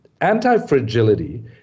Anti-fragility